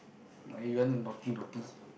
like if you want to naught naughty